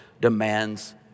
demands